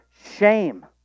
shame